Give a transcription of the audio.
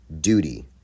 duty